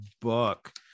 book